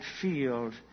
field